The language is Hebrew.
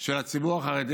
של הציבור החרדי,